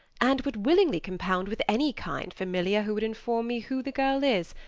and would willingly compound with any kind familiar who would inform me who the girl is,